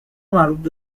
مربوط